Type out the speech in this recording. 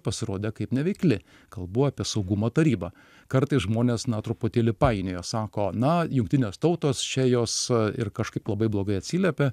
pasirodė kaip neveikli kalbu apie saugumo taryba kartais žmonės na truputėlį painiojo sako na jungtinės tautos čia jos ir kažkaip labai blogai atsiliepia